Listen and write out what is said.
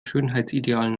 schönheitsidealen